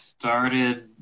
Started